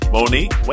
Monique